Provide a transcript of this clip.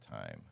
time